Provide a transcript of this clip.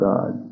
God